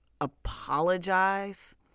apologize